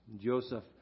Joseph